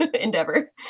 endeavor